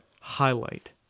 highlight